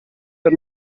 per